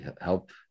Help